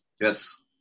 Yes